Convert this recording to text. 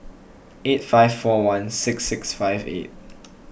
eight five four one six six five eight